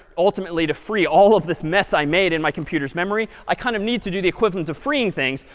ultimately to free all of this mess i made in my computer's memory. i kind of need to do the equivalent of freeing things,